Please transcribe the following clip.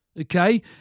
okay